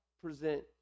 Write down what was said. present